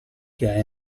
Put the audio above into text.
che